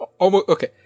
Okay